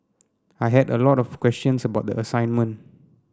I had a lot of questions about the assignment